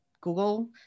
Google